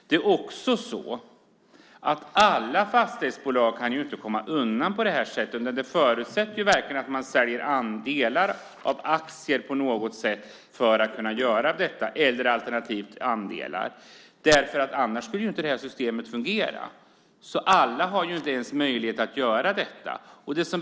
Det är också så att alla fastighetsbolag inte kan komma undan på det här sättet, utan det förutsätter verkligen att man säljer delar av aktier på något sätt för att kunna göra detta, eller alternativt andelar. Annars skulle inte det här systemet fungera. Alla har inte ens möjlighet att göra detta.